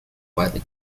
widely